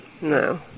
no